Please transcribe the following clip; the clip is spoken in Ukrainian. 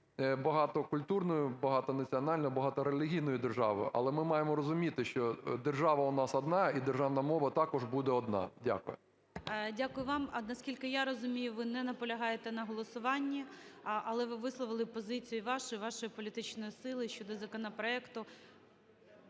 багатокультурною, багатонаціональною, багаторелігійною державою, але ми маємо розуміти, що держава у нас одна і державна мова також буде одна. Дякую. ГОЛОВУЮЧИЙ. Дякую вам. Наскільки я розумію, ви не наполягаєте на голосуванні, але ви висловили позицію вашу і вашої політичної сили щодо законопроекту.